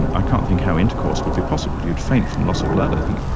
and i can't think how intercourse would be possible, you'd faint from loss of blood i think.